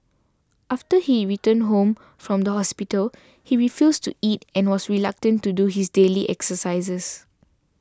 after he returned home from the hospital he refused to eat and was reluctant to do his daily exercises